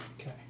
Okay